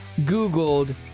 Googled